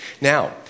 Now